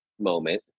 moment